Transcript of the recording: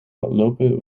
lopen